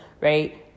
right